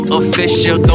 official